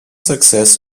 success